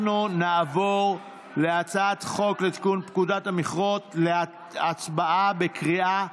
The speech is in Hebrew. אנחנו נעבור להצבעה על הצעת חוק לתיקון פקודת המכרות בקריאה שלישית.